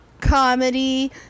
Comedy